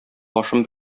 башым